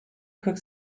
kırk